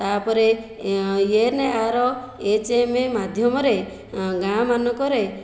ତାପରେ ଏନ୍ଆରଏଚ୍ଏମ୍ ମାଧ୍ୟମରେ ଗାଁ ମାନଙ୍କରେ